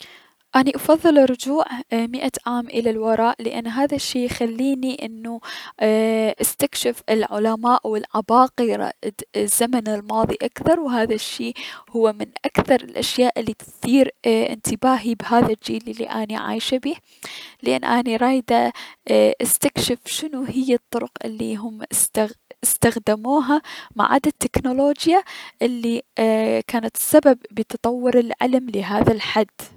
اني افضل الرجوع مئة عام الى الوراء لأن هذا الشي يخليني انو اي- استكشف علماء و عباقرة الزمن اكثر و هذا الشي هو من اكثر الأشياء الي تثير انتباهي بهذا الجيل الي اني عايشة بيه لأن اني رايدة استكشف شنو هي الطرق الي هم استخ- استخدموها ما عدا التكنولوجيا الي كانت السبب ب ايي- تطور العلم لهذا الحد.